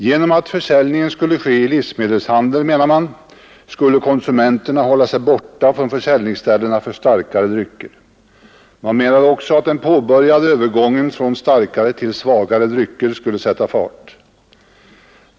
Genom att försäljningen skulle ske i livsmedelshandeln, menade man, skulle konsumenterna hålla sig borta från försäljningsställena för starkare drycker. Man menade också att den påbörjade övergången från starkare till svagare drycker skulle sätta fart.